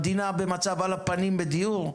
והמדינה במצב על הפנים בדיור,